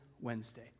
Wednesday